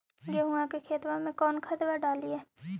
गेहुआ के खेतवा में कौन खदबा डालिए?